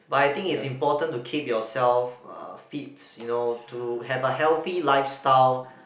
but I think it's important to keep yourself uh fit you know to have a healthy lifestyle